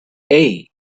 hey